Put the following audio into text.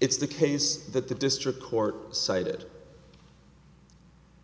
it's the case that the district court cited